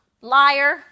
liar